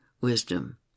wisdom